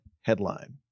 headline